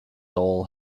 soul